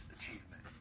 achievement